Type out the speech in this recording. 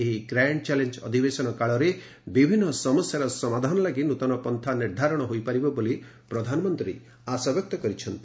ଏହି grand challenge ଅଧିବେଶନ କାଳରେ ବିଭିନ୍ତ ସମସ୍ୟାର ସମାଧାନ ଲାଗି ନୃତନ ପନ୍ଥା ନିର୍ଦ୍ଧାରଣ ହୋଇପାରିବ ବୋଲି ପ୍ରଧାନମନ୍ତ୍ରୀ ଆଶାବ୍ୟକ୍ତ କରିଛନ୍ତି